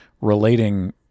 relating